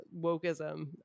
wokeism